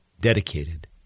dedicated